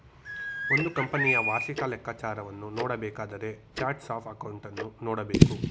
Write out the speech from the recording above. ಒಂದು ಕಂಪನಿಯ ವಾರ್ಷಿಕ ಲೆಕ್ಕಾಚಾರವನ್ನು ನೋಡಬೇಕಾದರೆ ಚಾರ್ಟ್ಸ್ ಆಫ್ ಅಕೌಂಟನ್ನು ನೋಡಬೇಕು